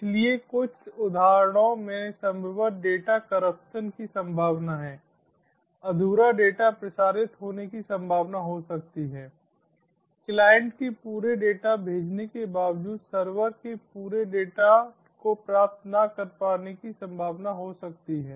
इसलिए कुछ उदाहरणों में संभवतः डेटा कर्रप्शन की संभावना है अधूरा डेटा प्रसारित होने की संभावना हो सकती है क्लाइंट के पूरे डेटा भेजने के बावजूद सर्वर के पूरे डेटा को प्राप्त न कर पाने की संभावना हो सकती है